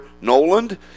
Noland